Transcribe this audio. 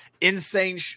insane